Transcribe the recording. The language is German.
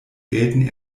gelten